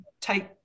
take